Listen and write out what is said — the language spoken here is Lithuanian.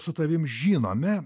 su tavim žinomi